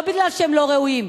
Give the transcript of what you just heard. לא כי הם לא ראויים,